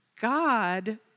God